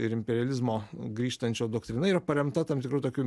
ir imperializmo grįžtančio doktrina yra paremta tam tikru tokiu